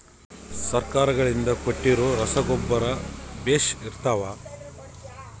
ಸರ್ಕಾರಗಳಿಂದ ಕೊಟ್ಟಿರೊ ರಸಗೊಬ್ಬರ ಬೇಷ್ ಇರುತ್ತವಾ?